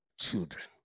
children